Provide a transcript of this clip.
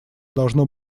должно